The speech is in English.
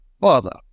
father